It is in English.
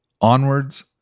Onwards